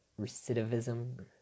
recidivism